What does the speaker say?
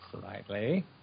Slightly